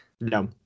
No